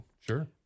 Sure